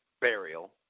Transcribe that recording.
burial